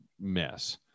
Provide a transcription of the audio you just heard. mess